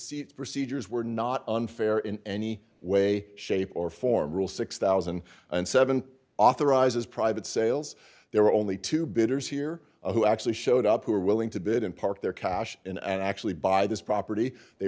seat procedures were not unfair in any way shape or form rule six thousand and seven authorizes private sales there were only two bidders here who actually showed up who were willing to bid and park their cash in and actually buy this property they